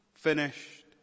finished